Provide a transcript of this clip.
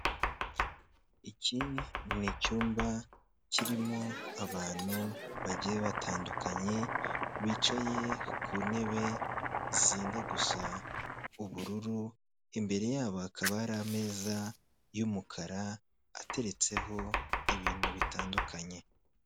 Iki ni icyumba kirimo abantu bagiye batandukanye bicaye ku ntebe zenda gusa ubururu, imbere yabo hakaba hari ameza y'umukara ateretseho ibintu bitandukanye.